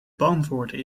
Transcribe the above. beantwoorden